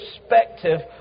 perspective